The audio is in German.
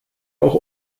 auch